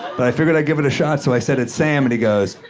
but i figured i'd give it a shot, so i said, it's sam, and he goes,